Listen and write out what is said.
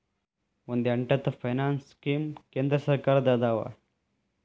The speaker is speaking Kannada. ಒಂದ್ ಎಂಟತ್ತು ಫೈನಾನ್ಸ್ ಸ್ಕೇಮ್ ಕೇಂದ್ರ ಸರ್ಕಾರದ್ದ ಅದಾವ